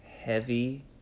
heavy